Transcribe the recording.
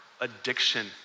addiction